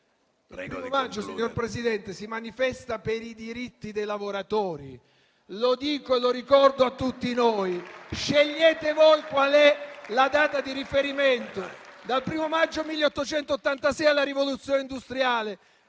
Il 1° maggio, signor Presidente, si manifesta per i diritti dei lavoratori; lo dico e lo ricordo a tutti noi. Scegliete voi qual è la data di riferimento, dal 1° maggio 1886 alla rivoluzione industriale,